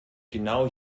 genau